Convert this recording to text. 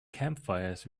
campfires